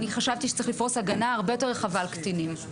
אני חשבתי שצריך לפרוס הגנה הרבה יותר רחבה על קטינים.